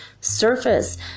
surface